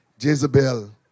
Jezebel